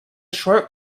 short